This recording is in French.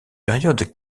période